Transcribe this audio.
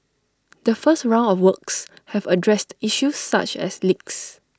the first round of works have addressed issues such as leaks